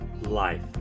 life